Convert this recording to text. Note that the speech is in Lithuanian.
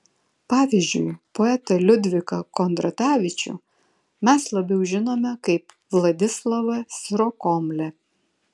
pavyzdžiui poetą liudviką kondratavičių mes labiau žinome kaip vladislavą sirokomlę